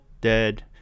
Dead